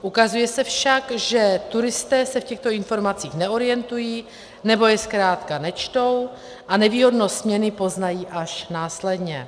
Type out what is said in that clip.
Ukazuje se však, že turisté se v těchto informacích neorientují nebo je zkrátka nečtou a nevýhodnost směny poznají až následně.